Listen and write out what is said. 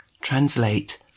Translate